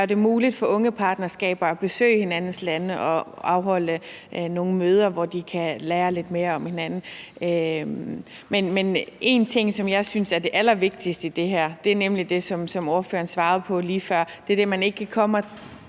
gøre det muligt for ungepartnerskaber at besøge hinandens lande og afholde nogle møder, hvor de kan lære lidt mere om hinanden. Men en ting, som jeg synes er det allervigtigste i det her, er nemlig det, som ordføreren svarede på lige før, og det er det, at man ikke kommer